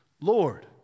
Lord